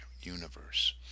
universe